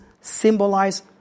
symbolize